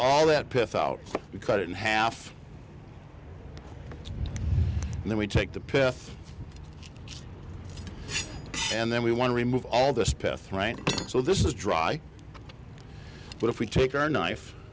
all that pith out cut in half and then we take the path and then we want to remove all this path right so this is dry but if we take our knife